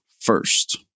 first